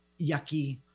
yucky